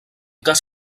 cas